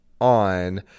on